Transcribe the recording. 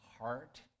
heart